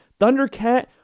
Thundercat